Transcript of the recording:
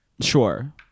Sure